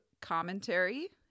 commentary